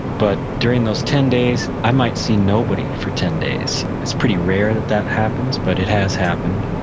but during those ten days, i might see nobody for ten days. it's pretty rare that that happens, but it has happened,